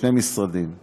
שני משרדים שונים: